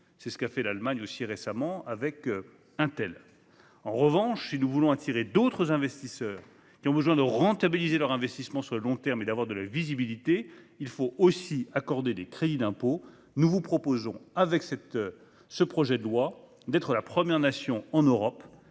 c'est ce qu'a aussi fait l'Allemagne récemment avec Intel. Si nous voulons attirer d'autres investisseurs qui ont besoin de rentabiliser leur investissement sur le long terme et d'avoir de la visibilité, il faut aussi accorder des crédits d'impôt. Je le répète, nous vous proposons, avec ce projet de loi, d'être la première nation en Europe